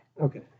Okay